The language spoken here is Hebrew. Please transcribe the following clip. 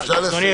אדוני